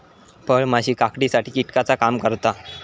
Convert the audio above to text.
फळमाशी काकडीसाठी कीटकाचा काम करता